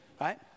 right